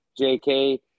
JK